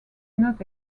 not